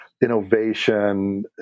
innovation